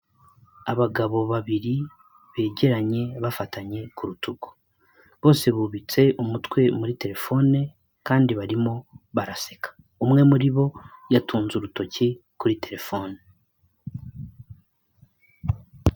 Abagabo babiri begeranye bafatanye ku rutugu. Bose bubitse umutwe muri telefone, kandi barimo baraseka, umwe muri bo yatunze urutoki kuri telefone.